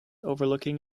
overlooking